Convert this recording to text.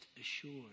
assured